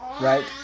right